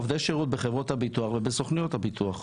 עובדי שירות בחברות הביטוח ובסוכנויות הביטוח.